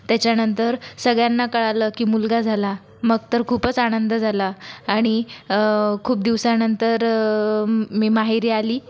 त्याच्यानंतर सगळ्यांना कळलं की मुलगा झाला मग तर खूपच आनंद झाला आणि खूप दिवसानंतर मी माहेरी आली